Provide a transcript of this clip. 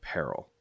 Peril